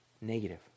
negative